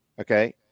okay